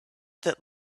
that